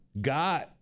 God